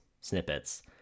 snippets